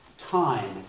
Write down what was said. Time